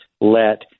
let